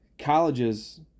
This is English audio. colleges